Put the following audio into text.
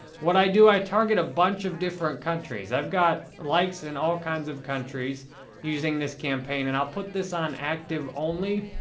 what i do, i target a bunch of different countries. i've got likes in all kinds of countries using this campaign and i'll put this on active only.